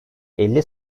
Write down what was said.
elli